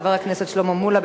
חבר הכנסת שלמה מולה,